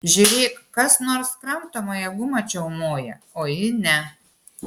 žiūrėk kas nors kramtomąją gumą čiaumoja o ji ne